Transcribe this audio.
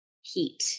heat